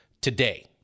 today